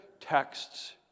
texts